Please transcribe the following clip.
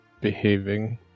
behaving